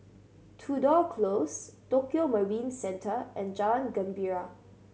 Tudor Close Tokio Marine Centre and Jalan Gembira